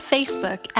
Facebook